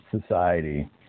society